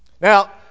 Now